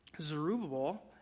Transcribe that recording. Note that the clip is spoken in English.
Zerubbabel